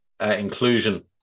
inclusion